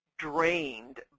drained